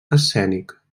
escènic